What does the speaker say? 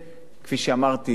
כפי שאמרתי,